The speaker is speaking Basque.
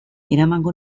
eramango